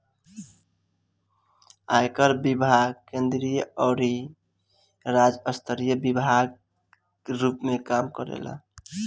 आयकर विभाग केंद्रीय अउरी राज्य स्तरीय विभाग के रूप में काम करेला